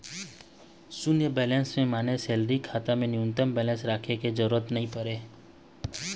सून्य बेलेंस के माने सेलरी खाता म न्यूनतम बेलेंस राखे के जरूरत नइ परय